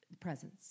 presence